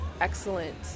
excellent